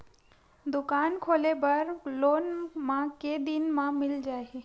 दुकान खोले बर लोन मा के दिन मा मिल जाही?